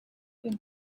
been